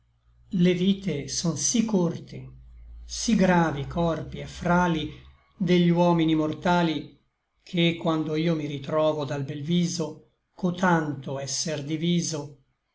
le vite son sí corte sí gravi i corpi et frali degli uomini mortali che quando io mi ritrovo dal bel viso cotanto esser diviso